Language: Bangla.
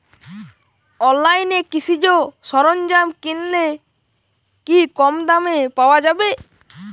অনলাইনে কৃষিজ সরজ্ঞাম কিনলে কি কমদামে পাওয়া যাবে?